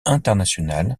internationale